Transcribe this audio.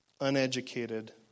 uneducated